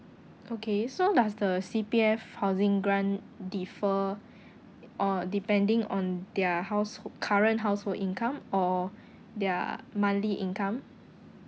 okay so does the C_P_F housing grant differ or depending on their househo~ current household income or their monthly income